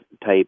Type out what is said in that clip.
type